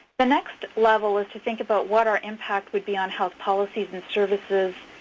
the next level is to think about what our impact would be on health policies and services,